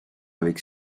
avec